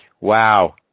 Wow